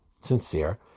sincere